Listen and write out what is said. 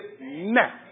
now